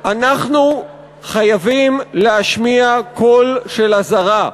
אנחנו חייבים להשמיע קול של אזהרה.